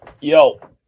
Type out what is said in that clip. Yo